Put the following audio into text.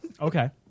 Okay